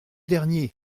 dernier